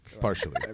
partially